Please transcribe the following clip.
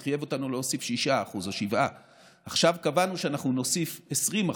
זה חייב אותנו להוסיף 6% או 7%; עכשיו קבענו שאנחנו נוסיף 20%,